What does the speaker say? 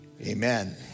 amen